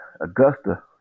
Augusta